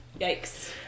Yikes